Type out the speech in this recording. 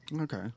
Okay